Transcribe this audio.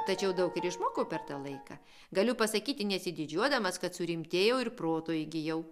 tačiau daug ir išmokau per tą laiką galiu pasakyti nesididžiuodamas kad surimtėjau ir proto įgijau